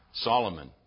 Solomon